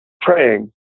praying